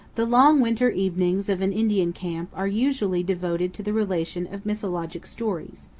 the long winter evenings of an indian camp are usually devoted to the relation of mythologic stories,